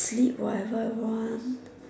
sleep whatever want